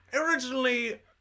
Originally